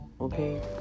Okay